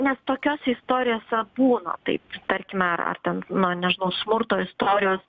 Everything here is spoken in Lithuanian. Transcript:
nes tokiose istorijose būna taip tai tarkime ar ar ten nu nežinau smurto istorijos